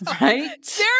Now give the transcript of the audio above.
right